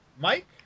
Mike